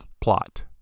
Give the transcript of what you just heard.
plot